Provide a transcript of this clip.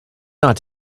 not